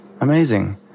amazing